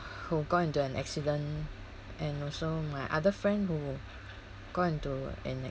who got into an accident and also my other friend who got into an